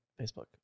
Facebook